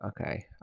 Okay